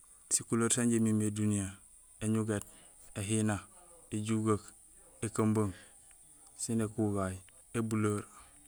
Sikuleer sanjé imimé duniyee mé: éñugét, éjugeek, éhina, ébuleer, ékumbung, sin ékugay, ébuleer.